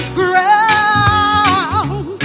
ground